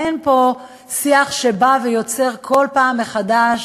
אין פה שיח שבא ויוצר כל פעם מחדש